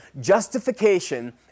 justification